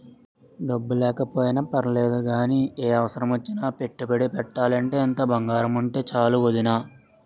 డబ్బు లేకపోయినా పర్లేదు గానీ, ఏ అవసరమొచ్చినా పెట్టుబడి పెట్టాలంటే ఇంత బంగారముంటే చాలు వొదినా